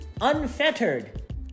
unfettered